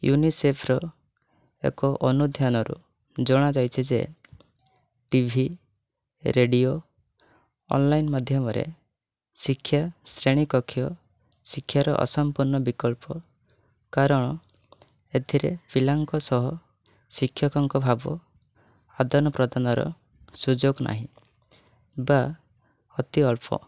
ୟୁନିସେଫ୍ର ଏକ ଅନୁଧ୍ୟାନରୁ ଜଣାଯାଇଛି ଯେ ଟି ଭି ରେଡ଼ିଓ ଅନ୍ଲାଇନ୍ ମାଧ୍ୟମରେ ଶିକ୍ଷା ଶ୍ରେଣୀ କକ୍ଷ ଶିକ୍ଷାର ଅସମ୍ପୂର୍ଣ୍ଣ ବିକଳ୍ପ କାରଣ ଏଥିରେ ପିଲାଙ୍କ ସହ ଶିକ୍ଷକଙ୍କ ଭାବ ଆଦାନ ପ୍ରଦାନର ସୁଯୋଗ ନାହିଁ ବା ଅତି ଅଳ୍ପ